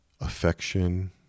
affection